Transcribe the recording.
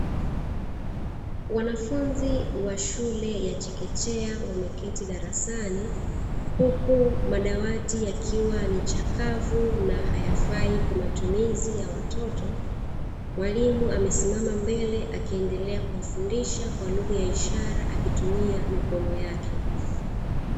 Wanafunzi wa shule ya chekechea wameketi darasani, huku madawati yakiwa ni chakavu na hayafai kwa matumizi ya watoto. Mwalimu amesimama mbele akiendelea kuwafundisha kwa lugha ya ishara akitumia mikono yake.